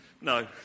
No